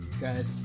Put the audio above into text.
guys